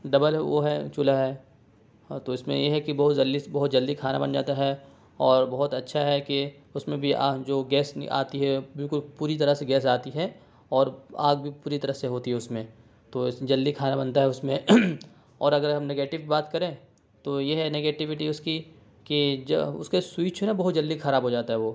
double ہے وہ ہے چولہا ہے ہاں تو اس میں یہ ہے کہ بہت جلدی سے بہت جلدی کھانا بن جاتا ہے اور بہت اچھا ہے کہ اس میں بھی آہ جو گیس آتی ہے بالکل پوری طرح سے گیس آتی ہے اور آگ بھی پوری طرح سے ہوتی ہے اس میں تو جلدی کھانا بنتا ہے اس میں اور اگر ہم نگیٹیو بات کریں تو یہ ہے نگیٹیوٹی اس کی کہ جب اس کے سوئچ ہے نا بہت جلدی خراب ہو جاتا ہے وہ